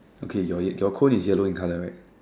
okay your your cone is yellow in colour right